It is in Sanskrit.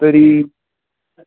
तर्हि